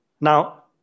Now